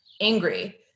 angry